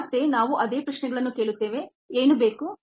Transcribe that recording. ಮತ್ತೆ ನಾವು ಅದೇ ಪ್ರಶ್ನೆಗಳನ್ನು ಕೇಳುತ್ತೇವೆ ಏನು ಬೇಕು